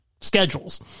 Schedules